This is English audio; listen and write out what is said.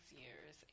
years